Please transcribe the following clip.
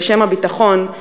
בשם הביטחון,